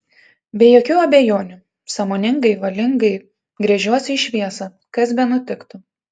be jokių abejonių sąmoningai valingai gręžiuosi į šviesą kas benutiktų